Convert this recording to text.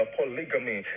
polygamy